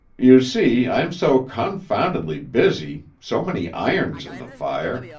you see, i'm so confoundedly busy, so many irons in the fire,